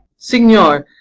signior,